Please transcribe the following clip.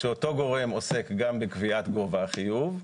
שאותו גורם עוסק גם בקביעת גובה החיוב,